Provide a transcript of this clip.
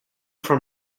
from